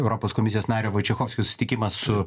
europos komisijos nario vaičechovskio susitikimas su